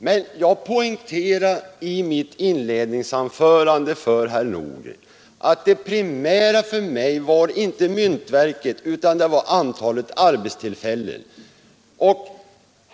Men jag poängterade i mitt inledningsanförande för herr Nordgren att det primära för mig inte i och för sig var myntverket utan antalet arbetstillfällen.